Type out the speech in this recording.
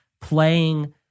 playing